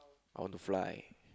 I want to fly